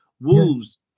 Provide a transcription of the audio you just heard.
Wolves